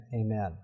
amen